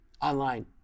online